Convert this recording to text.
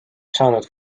saanud